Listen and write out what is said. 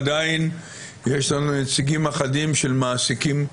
עדיין יש לנו נציגים אחדים של מעסיקים,